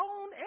own